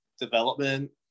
development